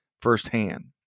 firsthand